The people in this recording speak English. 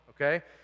Okay